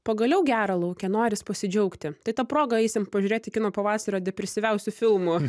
pagaliau gera lauke noris pasidžiaugti tai ta proga eisim pažiūrėti kino pavasario depresyviausių filmų